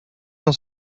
cent